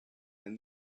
and